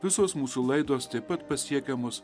visos mūsų laidos taip pat pasiekiamos